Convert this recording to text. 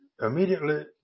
immediately